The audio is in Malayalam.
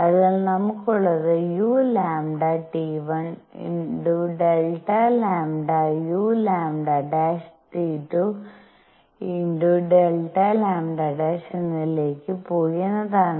അതിനാൽ നമുക്കുള്ളത് uλT₁ Δ λ uλT₂ Δ λ എന്നതിലേക്ക് പോയി എന്നതാണ്